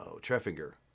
Treffinger